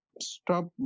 stop